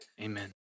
amen